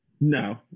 No